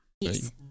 Yes